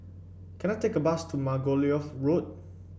can I take a bus to Margoliouth Road